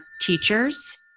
teachers